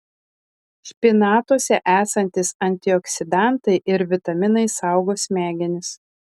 špinatuose esantys antioksidantai ir vitaminai saugo smegenis